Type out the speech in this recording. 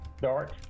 dark